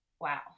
Wow